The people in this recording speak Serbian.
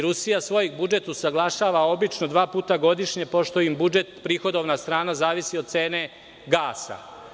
Rusija svoj budžet usaglašava obično dva puta godišnje pošto im budžet, prihodovna strana, zavisi od cene gasa.